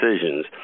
Decisions